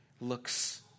looks